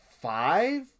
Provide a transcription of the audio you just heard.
five